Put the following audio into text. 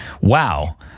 wow